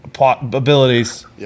abilities